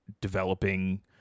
developing